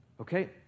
okay